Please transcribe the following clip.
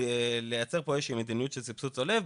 וליצר פה איזו שהיא מדיניות של סבסוד צולב,